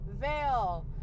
Veil